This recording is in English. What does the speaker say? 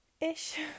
ish